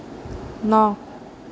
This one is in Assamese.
ন